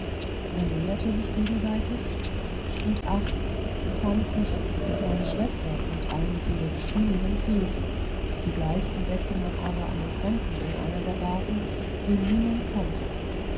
man näherte sich gegenseitig und ach es fand sich daß meine schwester und eine ihrer gespielinnen fehlte zugleich entdeckte man aber einen fremden in einer der barken den niemand kannte